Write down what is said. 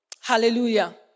Hallelujah